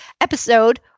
episode